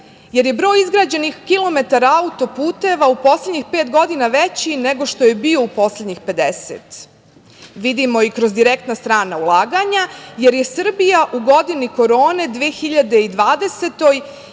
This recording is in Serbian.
jer je broj izgrađenih kilometara autoputeva u poslednjih pet godina veći nego što je bio u poslednjih 50. Vidimo i kroz direktna strana ulaganja, jer je Srbija u godini korone, u 2020.